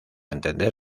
entender